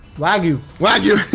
wagyu. wagyu!